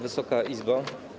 Wysoka Izbo!